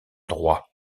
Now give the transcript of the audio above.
droit